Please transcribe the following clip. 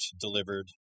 delivered